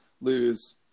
lose